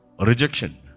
rejection